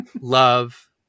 love